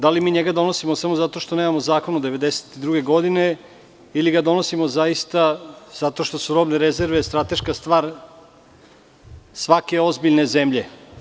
Da li mi njega donosimo samo zato što nemamo zakon od 1992. godine ili ga donosimo zaista zato što su robne rezerve strateška stvar svake ozbiljne zemlje?